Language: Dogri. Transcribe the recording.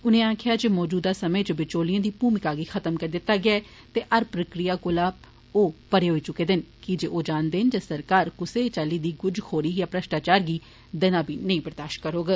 उनें आक्खेया जे मौजूदा समें च बचोलिएं दी भूमिका गी खत्म करी दिता गेदा ऐ ते हर प्रक्रिया कोला ओ परे होई चुके दे न किजे ओ जानदे न जे सरकार कुसै चाल्ली दी गुज्जखोरी या भ्रश्टाचार गी दना बरदाष्त नेंई करोग